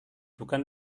bukan